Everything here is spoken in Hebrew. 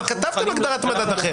אבל כתבתם הגדרת "מדד אחר".